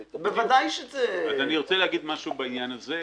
בוודאי שזה --- אז אני רוצה להגיד משהו בעניין הזה,